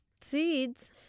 seeds